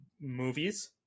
movies